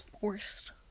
Forced